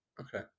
Okay